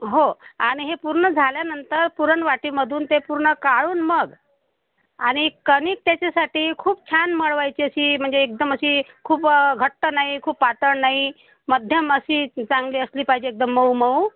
हो आणि हे पूर्ण झाल्यानंतर पुरण वाटीमधून ते पूर्ण काढून मग आणि कणीक त्याच्यासाठी खूप छान मळायची अशी म्हणजे एकदम अशी खूप घट्ट नाही खूप पातळ नाही मध्यम अशी चांगली असली पाहिजे एकदम मऊ मऊ